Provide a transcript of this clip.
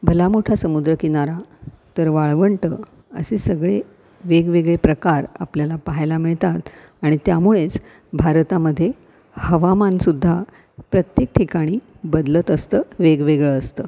भला मोठा समुद्रकिनारा तर वाळवंट असे सगळे वेगवेगळे प्रकार आपल्याला पाहायला मिळतात आणि त्यामुळेच भारतामध्ये हवामानसुद्धा प्रत्येक ठिकाणी बदलत असतं वेगवेगळं असतं